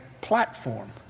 platform